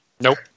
Nope